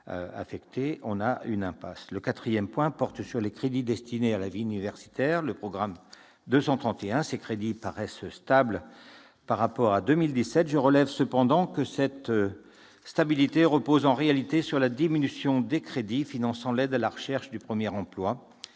donc à une impasse. Le quatrième point porte sur les crédits destinés à la vie universitaire, le programme 231. Ces crédits paraissent stables par rapport à 2017. Je relève cependant que cette stabilité repose, en réalité, sur la diminution des crédits finançant l'aide à la recherche du premier emploi.